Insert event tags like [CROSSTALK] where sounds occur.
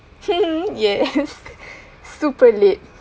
[LAUGHS] ya [LAUGHS] super late